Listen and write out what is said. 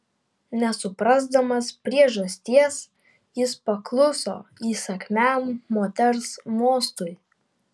nesuprasdamas priežasties jis pakluso įsakmiam moters mostui